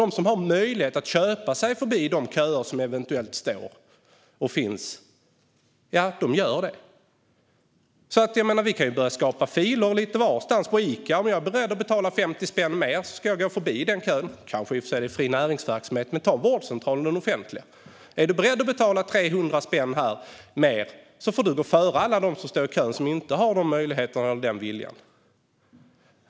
De som har möjlighet att köpa sig förbi de köer som eventuellt finns gör det. Då kan vi ju börja skapa filer lite varstans, kanske på Ica. Om jag är beredd att betala 50 spänn mer ska jag gå förbi den kön. Det är i och för sig fri näringsverksamhet, men vi kan ta den offentliga vårdcentralen: Är du beredd att betala 300 spänn får du gå före alla dem som står i kön som inte har den möjligheten eller viljan.